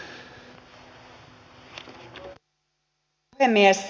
arvoisa puhemies